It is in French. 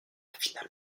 finale